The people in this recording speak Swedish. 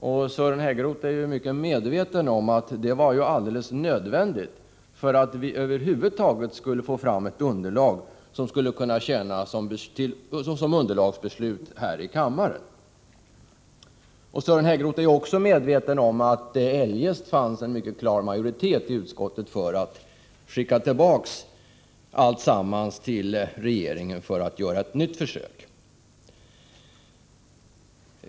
Men Sören Häggroth är ju väl medveten om att det var alldeles nödvändigt att utskottet gjorde på detta sätt för att vi över huvud taget skulle få fram något som kunde tjäna som underlag för ett beslut här i kammaren. Vidare är Sören Häggroth medveten om att det eljest skulle ha funnits en mycket klar majoritet i utskottet för att skicka tillbaka alltsammans till regeringen, så att man kunde göra ett nytt försök.